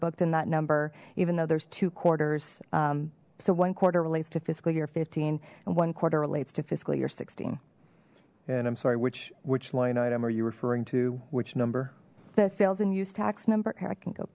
booked in that number even though there's two quarters so one quarter relates to fiscal year fifteen and one quarter relates to fiscal year sixteen and i'm sorry which which line item are you referring to which number the sales and use tax number i can go